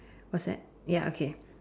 what's that ya okay